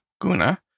Guna